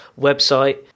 website